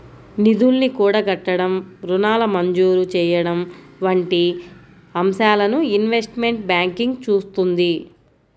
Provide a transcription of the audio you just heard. నిధుల్ని కూడగట్టడం, రుణాల మంజూరు చెయ్యడం వంటి అంశాలను ఇన్వెస్ట్మెంట్ బ్యాంకింగ్ చూత్తుంది